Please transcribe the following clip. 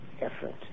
effort